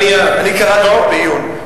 אני קראתי אותה בעיון.